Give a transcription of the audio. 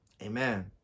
Amen